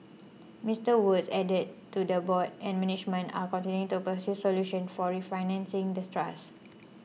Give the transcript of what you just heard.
Mister Woods added to the board and management are continuing to pursue solutions for refinancing the trust